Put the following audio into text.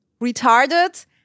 retarded